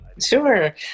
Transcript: Sure